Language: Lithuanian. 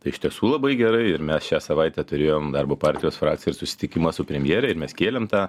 tai iš tiesų labai gerai ir mes šią savaitę turėjom darbo partijos frakcijos susitikimą su premjere ir mes kėlėm tą